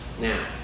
Now